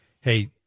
Hey